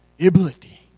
ability